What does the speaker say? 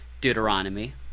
Deuteronomy